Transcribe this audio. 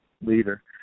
leader